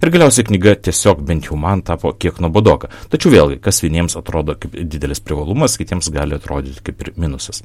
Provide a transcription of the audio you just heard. ir galiausiai knyga tiesiog bent jau man tapo kiek nuobodoka tačiau vėlgi kas vieniems atrodo kaip didelis privalumas kitiems gali atrodyti kaip ir minusas